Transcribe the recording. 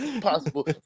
possible